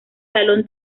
salón